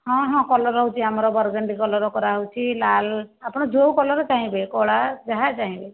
ହଁ ହଁ କଲର୍ ହେଉଛି ଆମର ବରଗଣ୍ଡି କଲର୍ କରା ହେଉଛି ଲାଲ ଆପଣ ଯେଉଁ କଲର୍ ଚାହିଁବେ କଳା ଯାହା ଚାହିଁବେ